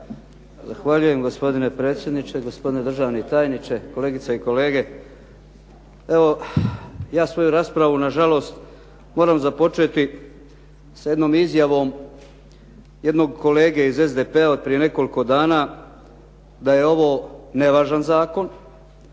Zahvaljujem gospodine predsjedniče. Gospodine državni tajniče, kolegice i kolege. Evo ja svoju raspravu na žalost moram započeti sa jednom izjavom jednog kolege iz SDP-a od prije nekoliko dana, da je ovo nevažan zakon